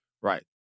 Right